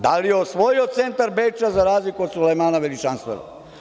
Da li je osvojio centar Beča za razliku od Sulejmana Veličanstvenog?